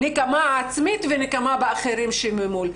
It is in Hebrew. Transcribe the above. נקמה עצמית ונקמה באחרים שממול.